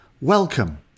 welcome